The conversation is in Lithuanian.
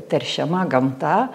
teršiama gamta